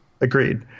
agreed